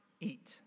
eat